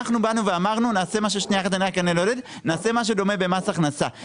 אנחנו אמרנו שנעשה משהו דומה במס הכנסה,